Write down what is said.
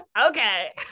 okay